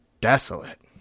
desolate